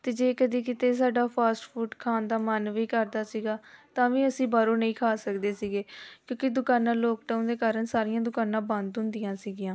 ਅਤੇ ਜੇ ਕਦੀ ਕਿਤੇ ਸਾਡਾ ਫਾਸਟ ਫੂਡ ਖਾਣ ਦਾ ਮਨ ਵੀ ਕਰਦਾ ਸੀਗਾ ਤਾਂ ਵੀ ਅਸੀਂ ਬਾਹਰੋਂ ਨਹੀਂ ਖਾ ਸਕਦੇ ਸੀਗੇ ਕਿਉਂਕਿ ਦੁਕਾਨਾਂ ਲੋਕਡਾਊਨ ਦੇ ਕਾਰਨ ਸਾਰੀਆਂ ਦੁਕਾਨਾਂ ਬੰਦ ਹੁੰਦੀਆਂ ਸੀਗੀਆਂ